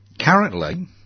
Currently